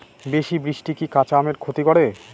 বেশি বৃষ্টি কি কাঁচা আমের ক্ষতি করে?